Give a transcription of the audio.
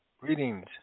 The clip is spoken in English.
Greetings